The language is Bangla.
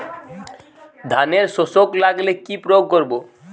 ধানের শোষক লাগলে কি প্রয়োগ করব?